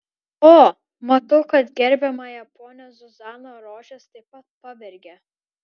o matau kad gerbiamąją ponią zuzaną rožės taip pat pavergė